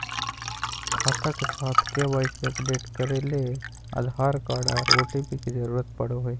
खाता के साथ के.वाई.सी अपडेट करे ले आधार कार्ड आर ओ.टी.पी के जरूरत पड़ो हय